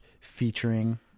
featuring